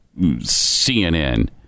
CNN